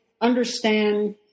understand